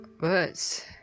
words